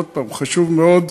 עוד פעם: חשוב מאוד,